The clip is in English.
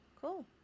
Cool